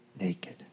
naked